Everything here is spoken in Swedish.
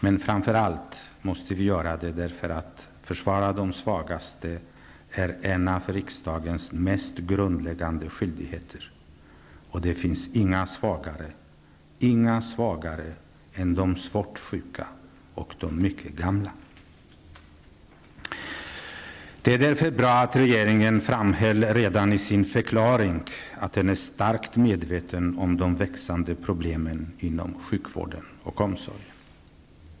Men framför allt måste vi göra det därför att försvara de svagaste är en av riksdagens mest grundläggande skyldigheter, och det finns inga svagare än de svårt sjuka och de mycket gamla. Det är därför bra att regeringen framhöll redan i sin förklaring att den är starkt medveten om de växande problemen inom sjukvården och omsorgen.